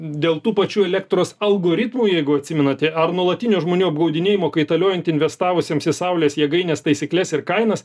dėl tų pačių elektros algoritmų jeigu atsimenate ar nuolatinio žmonių apgaudinėjimo kaitaliojant investavusiems į saulės jėgaines taisykles ir kainas